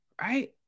right